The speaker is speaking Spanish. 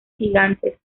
gigantes